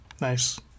Nice